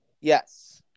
Yes